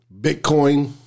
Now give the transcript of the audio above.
Bitcoin